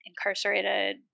incarcerated